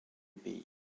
pays